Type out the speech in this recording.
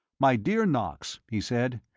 my dear knox, he said,